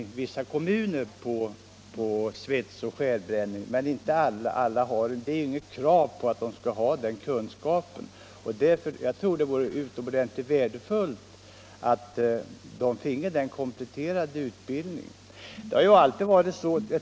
I vissa kommuner förekommer sådan utbildning, men det finns inget krav på att brandpersonalen skall ha dessa kunskaper.